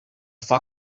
foc